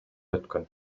өткөн